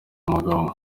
mubano